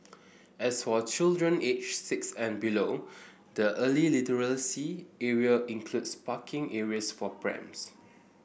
as for children aged six and below the early literacy area includes parking areas for prams